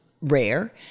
rare